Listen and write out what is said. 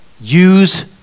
Use